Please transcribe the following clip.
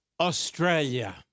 Australia